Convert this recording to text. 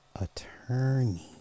attorney